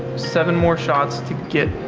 seven more shots to get.